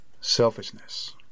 Selfishness